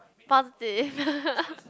positive